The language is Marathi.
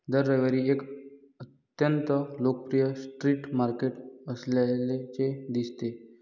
दर रविवारी एक अत्यंत लोकप्रिय स्ट्रीट मार्केट असल्याचे दिसते